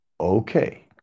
okay